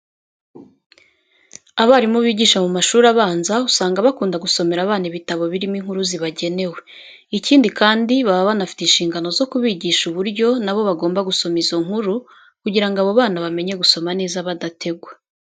Abarimu bigisha mu mashuri abanza, usanga bakunda gusomera abana ibitabo birimo inkuru zibagenewe. Ikindi kandi, baba banafite inshingano zo kubigisha uburyo na bo bagomba gusoma izo nkuru kugira ngo abo bana bamenye gusoma neza badategwa.